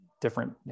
different